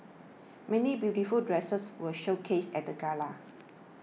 many beautiful dresses were showcased at the gala